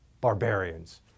barbarians